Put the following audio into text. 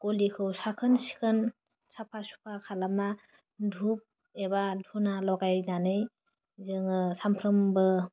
गलिखौ साखोन सिखोन साफा सुफा खालामना धुप एबा धुना लगायनानै जोङो सामफ्रोमबो